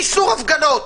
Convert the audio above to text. איסור הפגנות.